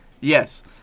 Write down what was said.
Yes